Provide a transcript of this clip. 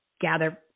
gather